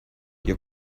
your